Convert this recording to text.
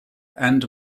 and